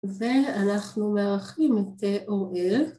ואנחנו מארחים את אוראל.